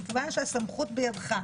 מכיוון שהסמכות בידך,